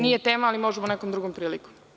Nije tema, ali možemo nekom drugom prilikom.